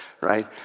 right